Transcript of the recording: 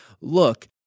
look